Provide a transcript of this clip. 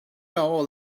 all